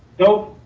nope.